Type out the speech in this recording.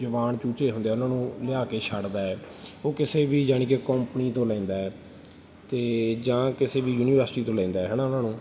ਜਵਾਨ ਚੂਚੇ ਹੁੰਦੇ ਆ ਉਹਨਾਂ ਨੂੰ ਲਿਆ ਕੇ ਛੱਡਦਾ ਉਹ ਕਿਸੇ ਵੀ ਯਾਨੀ ਕਿ ਕੰਪਨੀ ਤੋਂ ਲੈਂਦਾ ਅਤੇ ਜਾਂ ਕਿਸੇ ਵੀ ਯੂਨੀਵਰਸਿਟੀ ਤੋਂ ਲੈਂਦਾ ਹੈ ਨਾ ਉਹਨਾਂ ਨੂੰ